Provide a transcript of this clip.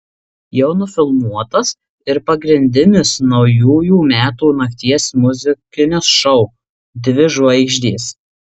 jau nufilmuotas ir pagrindinis naujųjų metų nakties muzikinis šou dvi žvaigždės